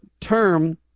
term